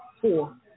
four